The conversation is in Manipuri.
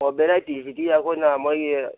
ꯑꯣ ꯚꯦꯔꯥꯏꯇꯤꯁꯤꯗꯤ ꯑꯩꯈꯣꯏꯅ ꯃꯣꯏꯒꯤ